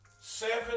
seven